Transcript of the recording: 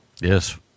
Yes